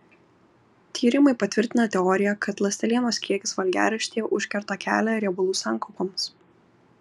tyrimai patvirtina teoriją kad ląstelienos kiekis valgiaraštyje užkerta kelią riebalų sankaupoms